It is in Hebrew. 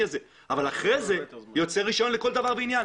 הזה אבל אחר כך יוצא רישיון לכל דבר ועניין.